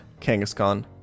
Kangaskhan